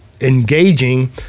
engaging